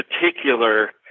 particular